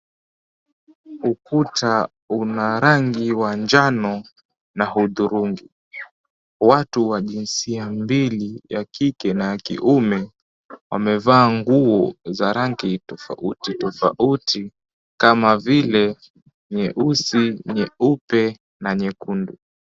Ukuta una rangi wa njano na hudhurungi. Watu wa jinsia mbili ya kike na kiume wamevaa nguo za rangi tofauti tofauti kama vile nyeusi, nyeupe na nyekundu.